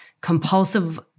compulsive